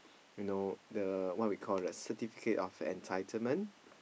you know the what we call the Certificate of Entitlement